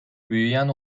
büyüyen